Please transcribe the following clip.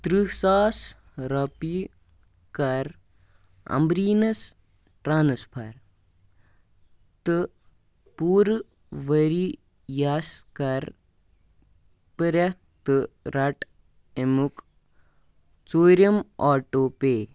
تٕرٛہ ساس رۄپیہِ کَرامبٛریٖنَس ٹرٛانَسفَر تہٕ پوٗرٕ ؤری یَس کَر پرٛٮ۪تھ تہٕ رَٹ اَمیُک ژوٗرِم آٹو پے